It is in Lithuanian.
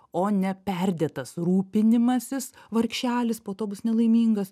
o ne perdėtas rūpinimasis vargšelis po to bus nelaimingas